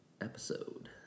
episode